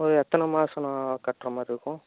ஒரு எத்தனை மாதம்ண்ணா கட்டுற மாதிரி இருக்கும்